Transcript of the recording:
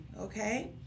okay